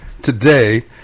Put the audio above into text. Today